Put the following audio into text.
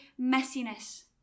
messiness